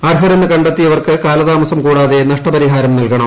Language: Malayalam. അർഹരെന്ന് ക ത്തിയവർക്ക് കാലതാമസം കൂടാതെ നഷ്ടപരിഹാരം നല്കണം